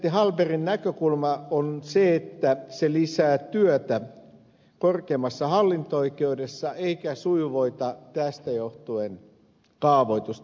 presidentti hallbergin näkökulma on se että esitys lisää työtä korkeimmassa hallinto oikeudessa eikä sujuvoita tästä johtuen kaavoitusta